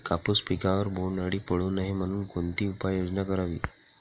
कापूस पिकावर बोंडअळी पडू नये म्हणून कोणती उपाययोजना करावी?